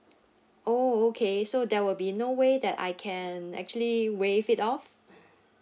oh okay so there will be no way that I can actually waive it off